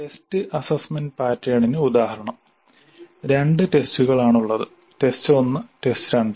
test assessment പാറ്റേണിന് ഉദാഹരണം രണ്ട് ടെസ്റ്റുകൾ ആണുള്ളത് ടെസ്റ്റ് 1 ടെസ്റ്റ് 2